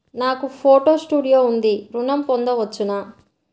నాకు photo studio ఉంది ఋణం పొంద వచ్చునా?